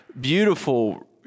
beautiful